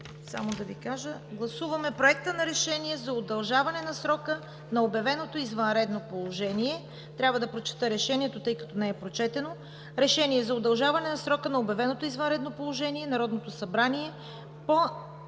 гласуването. Гласуваме Проекта на решение за удължаване на срока за обявеното извънредно положение. Трябва да прочета решението, тъй като не е прочетено: „Проект! РЕШЕНИЕ за удължаване на срока на обявеното извънредно положение Народното събрание